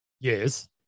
Yes